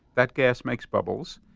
that gas makes bubbles.